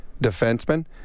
defenseman